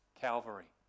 Calvary